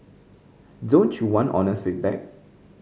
don't you want honest feedback